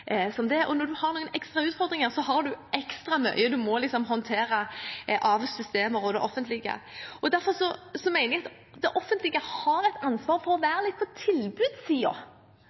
som det. Og når man har noen ekstra utfordringer, har man ekstra mye man må håndtere av systemer og det offentlige. Derfor mener jeg at det offentlige har et ansvar for å være litt på